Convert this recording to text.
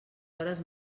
hores